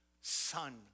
Son